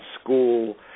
school